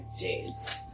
days